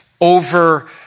over